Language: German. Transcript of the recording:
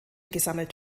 gesammelt